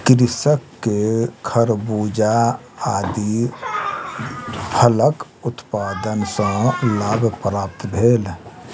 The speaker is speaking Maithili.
कृषक के खरबूजा आदि फलक उत्पादन सॅ लाभ प्राप्त भेल